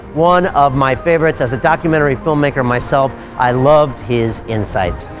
one of my favourites as a documentary filmmaker myself, i loved his insights.